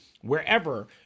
wherever